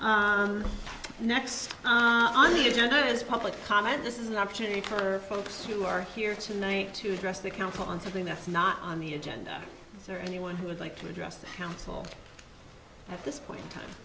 up next on the agenda is public comment this is an opportunity for folks who are here tonight to address the council on something that's not on the agenda for anyone who would like to address the council at this point in time